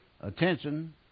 attention